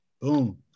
Boom